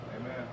Amen